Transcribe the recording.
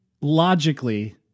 logically